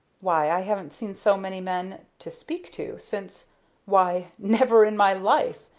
why, i haven't seen so many men, to speak to, since why, never in my life!